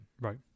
Right